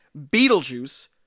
beetlejuice